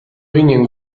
ginen